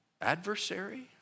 Adversary